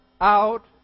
out